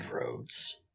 roads